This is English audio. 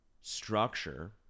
structure